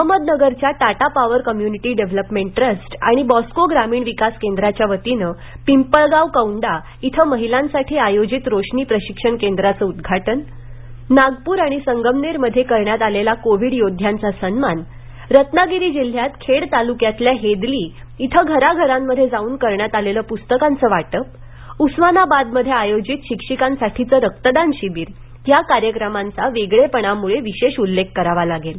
अङ्मदनगरच्या Tata power community development trust आणि बॉर्स्को ग्रामीज विकास केंद्राप्या वतिनं मिपळगाव कौंडा इथं महितांसा प्रशिक्ष्म केंद्राचं उदघाटन नामपूर आणि संनमनेर मध्ये करण्यात आलेला कोविड योद्यांचा सन्मानरलागिरी जिल्ह्यात खेड तालुक्यातल्या हेदली इथं घराघरांमध्ये जाऊन करण्यात आलेलं पु वाटप उस्मानाबाद मघ्ये आयोजित शिकिकांसाठीचं रकदान शिकिर या कर्यक्रमांचा वेगळेपणमुळे विशेष उल्लेख करावा लागेल